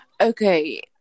Okay